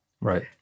right